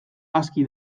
aski